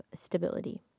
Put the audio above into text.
stability